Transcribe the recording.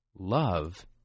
love